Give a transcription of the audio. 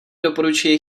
doporučuji